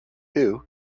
who